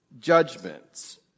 judgments